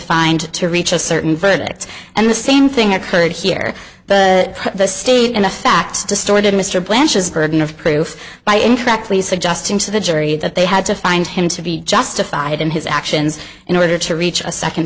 find to reach a certain verdict and the same thing occurred here but the state and the fact distorted mr blanchard's burden of proof by incorrectly suggesting to the jury that they had to find him to be justified in his actions in order to reach a second